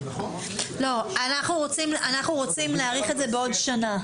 אנחנו רוצים להאריך את זה בעוד שנה.